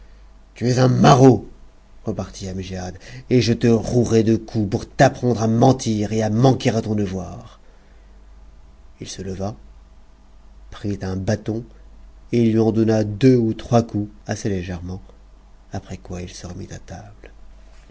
tu es un maraud repartit amgiad et je te rouerai de coups pour t'apprendre à mentir et à manquer à ton devoir ii se leva prit un bâton et lui en donna deux ou trois coups assez légèrement après quoi il se remit à table